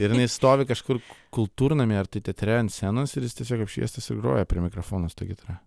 ir jinai stovi kažkur kultūrnamy ar tai teatre ant scenos ir jis tiesiog apšviestas ir groja prie mikrofono su ta gitara